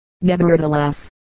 nevertheless